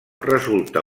resulta